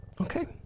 Okay